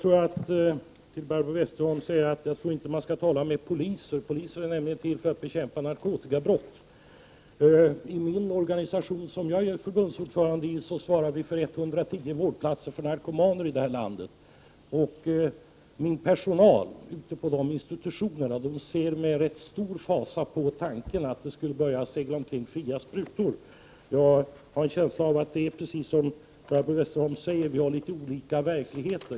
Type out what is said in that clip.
Till Barbro Westerholm vill jag säga att jag inte tror att man skall tala med polisen. Polisen är nämligen till för att bekämpa narkotikabrott. Den organisation som jag är förbundsordförande i svarar för 110 vårdplatser för narkomaner i detta land. Personalen ute på de institutionerna ser med ganska stor fasa på tanken att det skulle börja segla omkring fria sprutor. Jag har en känsla av att det är precis som Barbro Westerholm säger att vi har litet olika verklighet.